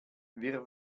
wir